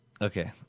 Okay